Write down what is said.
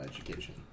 education